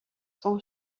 sont